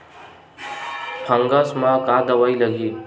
Fungus म का दवाई लगी?